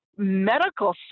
medical